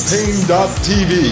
Pain.tv